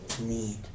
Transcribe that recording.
need